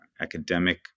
academic